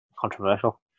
Controversial